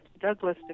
Douglas